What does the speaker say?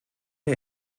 der